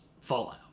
Fallout